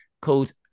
called